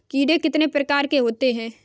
कीड़े कितने प्रकार के होते हैं?